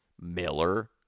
miller